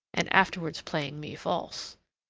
and afterwards playing me false.